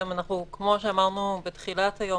כמו שאמרתי בתחילת היום,